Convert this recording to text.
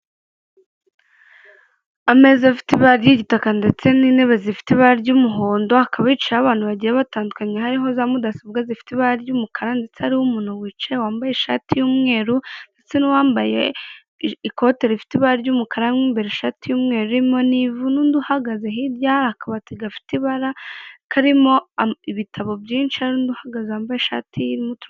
Ameza afite ibara ry'igitaka ndetse n'intebe zifite ibara ry'umuhondo, hakaba hicayeho abantu bagiye batandukanye hariho za mudasobwa zifite ibara ry'umukara ndetse hariho umuntu wicaye wambaye ishati y'umweru, ndetse n'uwambaye ikote rifite ibara ry'umukara mo imbere ishati y'umweru irimo n'ivu n'undi uhagaze hirya hari akabati gafite ibara karimo ibitabo byinshi hari n'undi uhagaze wambaye ishati...